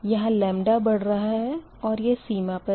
यहाँ बढ़ रहा है और यह सीमा पर है